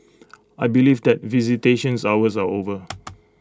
I believe that visitations hours are over